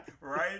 Right